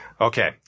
Okay